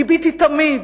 גיביתי תמיד